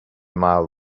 mile